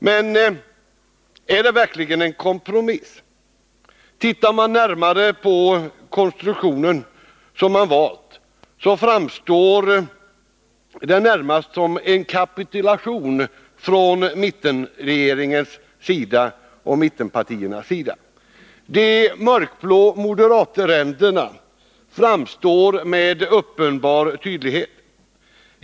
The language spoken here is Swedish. Men är det verkligen en kompromiss? Den konstruktion som valts framstår, om man tittar mer ingående på den, närmast som en kapitulation från mittenregeringens och mittenpartiernas sida. De mörkblå moderatränderna framstår med uppenbar tydlighet.